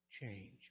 change